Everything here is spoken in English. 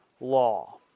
law